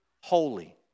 holy